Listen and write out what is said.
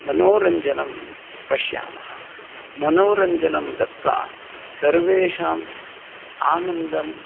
मनोरञ्जनं पश्यामः मनोरञ्जनं दत्वा सर्वेषाम् आनन्दम्